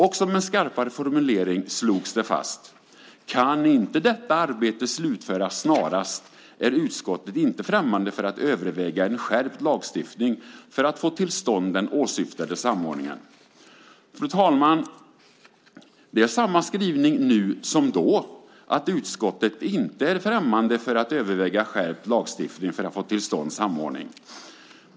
Och som en skarpare formulering slogs det fast: Kan inte detta arbete slutföras snarast är utskottet inte främmande för att överväga en skärpt lagstiftning för att få till stånd den åsyftade samordningen. Fru talman! Det är samma skrivning nu som då, att utskottet inte är främmande för att överväga en skärpt lagstiftning för att få till stånd samordning.